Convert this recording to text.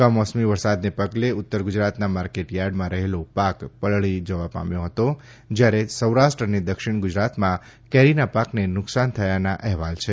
કમોસમી વરસાદને પગલે ઉત્તર ગુજરાતના માર્કેટ યાર્ડમાં રહેલો પાક પલળી જવા પામ્યો ફતો જયારે સૌરાષ્ટ્ર અને દક્ષિણ ગુજરાતમાં કેરીના પાકને નુકસાન થયાના અહેવાલ છે